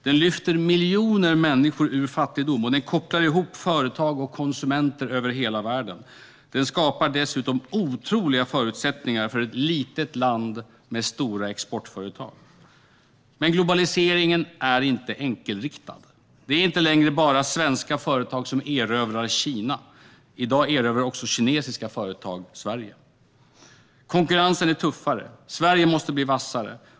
Den lyfter miljoner människor ur fattigdom, och den kopplar ihop företag och konsumenter över hela världen. Den skapar dessutom otroliga förutsättningar för ett litet land med stora exportföretag. Men globaliseringen är inte enkelriktad. Det är inte längre bara svenska företag som erövrar Kina; i dag erövrar också kinesiska företag Sverige. Konkurrensen är tuffare. Sverige måste bli vassare.